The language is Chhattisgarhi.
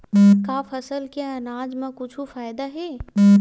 का फसल से आनाज मा कुछु फ़ायदा हे?